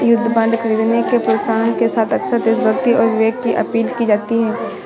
युद्ध बांड खरीदने के प्रोत्साहन के साथ अक्सर देशभक्ति और विवेक की अपील की जाती है